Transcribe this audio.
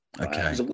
Okay